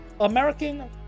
American